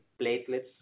platelets